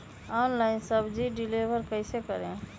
Online सब्जी deliver कैसे करें?